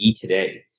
today